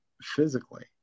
physically